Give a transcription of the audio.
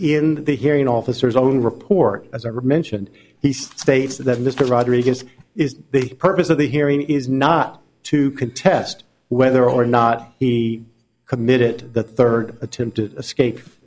in the hearing officers on report as a are mentioned he states that mr rodriguez is the purpose of the hearing is not to contest whether or not he committed the third attempt to escape